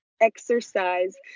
exercise